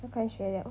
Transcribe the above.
要开学了